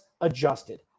adjusted